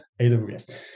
AWS